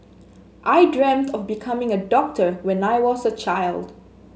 I dreamt of becoming a doctor when I was a child